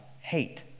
hate